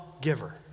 giver